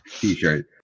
t-shirt